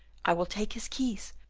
i will take his keys,